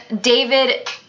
David